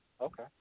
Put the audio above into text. okay